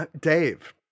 Dave